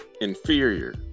Inferior